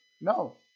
No